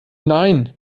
nein